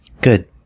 Good